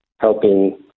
helping